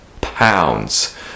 pounds